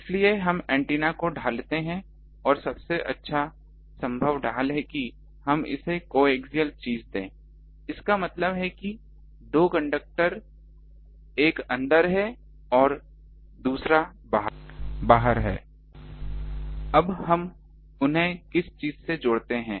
इसलिए हम एंटीना को ढालते हैं और सबसे अच्छा संभव ढाल है कि हम इसे एक कोएक्सियल चीज़ दें इसका मतलब है कि दो कंडक्टर एक अंदर हैं दूसरा बाहर है अब हम उन्हें किस चीज़ से जोड़ते हैं